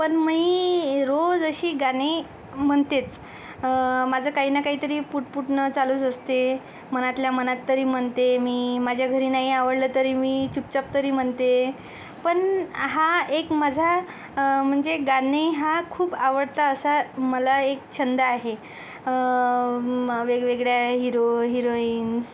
पण मी रोज अशी गाणी म्हणतेच माझं काही ना काहीतरी पुटपुटणं चालूच असते मनातल्या मनात तरी म्हणते मी माझ्या घरी नाही आवडलं तरी मी चुपचाप तरी म्हणते पण हा एक माझा म्हणजे गाणे हा खूप आवडता असा मला एक छंद आहे वेगवेगळ्या हिरो हिरॉइन्स